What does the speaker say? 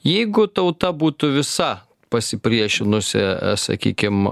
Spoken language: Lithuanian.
jeigu tauta būtų visa pasipriešinusi sakykim